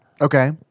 Okay